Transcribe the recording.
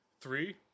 Three